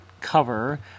cover